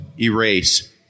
erase